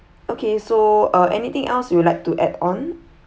okay so uh anything else you would like to add on